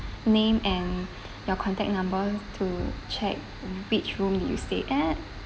name and your contact number to check in which room you stay at